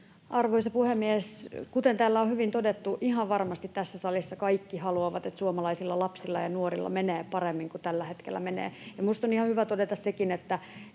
Arvoisa puhemies! Kuten täällä on hyvin todettu, ihan varmasti tässä salissa kaikki haluavat, että suomalaisilla lapsilla ja nuorilla menee paremmin kuin tällä hetkellä menee. Minusta on ihan hyvä todeta sekin, että